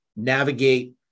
navigate